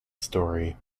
story